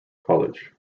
college